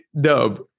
dub